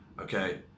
okay